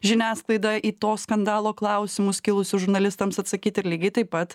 žiniasklaidą į to skandalo klausimus kilusius žurnalistams atsakyt ir lygiai taip pat